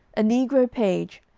a negro page,